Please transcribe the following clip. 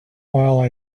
while